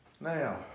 Now